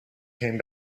came